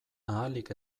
ahalik